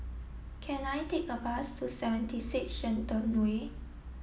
can I take a bus to seventy six Shenton Way